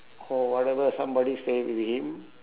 call whatever somebody stay with him